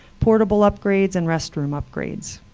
portable upgrades, and restroom upgrades.